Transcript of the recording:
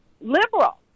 liberal